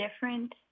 different